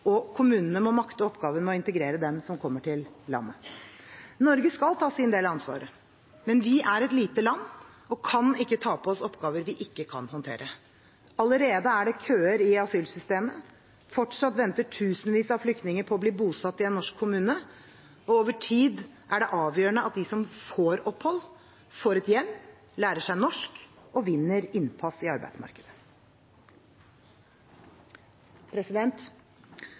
og kommunene må makte oppgaven med å integrere dem som kommer til landet. Norge skal ta sin del av ansvaret. Men vi er et lite land og kan ikke ta på oss oppgaver vi ikke kan håndtere. Allerede er det køer i asylsystemet. Fortsatt venter tusenvis av flykninger på å bli bosatt i en norsk kommune. Over tid er det avgjørende at de som får opphold, får et hjem, lærer seg norsk og vinner innpass i arbeidsmarkedet.